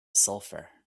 sulfur